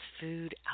food